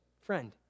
friend